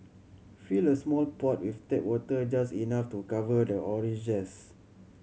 fill a small pot with tap water just enough to cover the orange zest